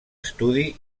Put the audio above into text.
estudi